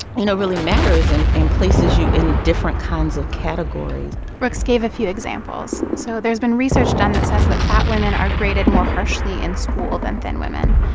you know, really matters and in places you in different kinds of categories rooks gave a few examples. so there's been research done that says that fat women are graded more harshly in school than thin women.